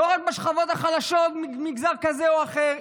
לא רק בשכבות החלשות ממגזר כזה או אחר,